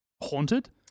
haunted